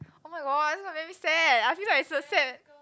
oh-my-god this is what makes me sad I feel like is a sad